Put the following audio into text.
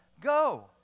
go